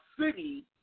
city